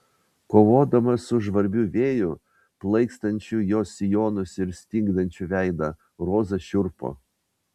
kovodama su žvarbiu vėju plaikstančiu jos sijonus ir stingdančiu veidą roza šiurpo